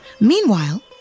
Meanwhile